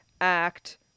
act